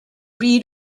reed